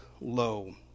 low